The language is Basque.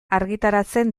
argitaratzen